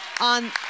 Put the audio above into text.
on